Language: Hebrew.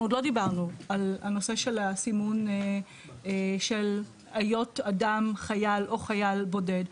אנחנו עוד לא דיברנו על הנושא של הסימון של היות אדם חייל או חייל בודד,